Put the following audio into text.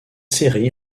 série